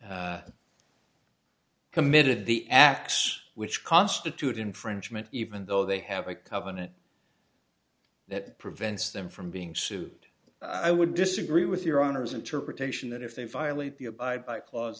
committed the acts which constitute infringement even though they have a covenant that prevents them from being sued i would disagree with your honor's interpretation that if they violate the abide by cla